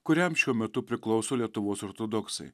kuriam šiuo metu priklauso lietuvos ortodoksai